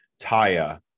Taya